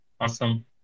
Awesome